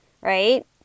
right